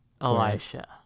Elisha